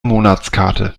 monatskarte